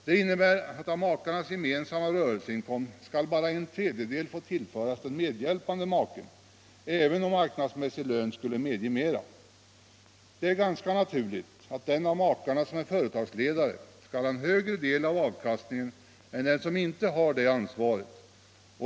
Den innebär att av makarnas gemensamma rörelseinkomst skall bara en tredjedel få tillföras den medhjälpande maken även om en marknadsmässig lön skulle medge mera. Det är ganska naturligt att den av makarna som är företagsledare skall ha en större del av avkastningen än den som inte har det ansvaret.